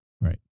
right